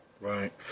Right